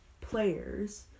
players